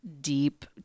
deep